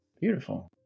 beautiful